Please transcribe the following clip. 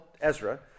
Ezra